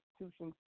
institutions